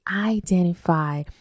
identify